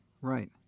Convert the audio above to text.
Right